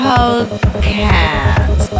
Podcast